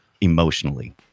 emotionally